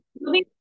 moving